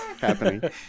happening